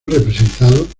representado